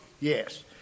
Yes